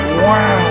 wow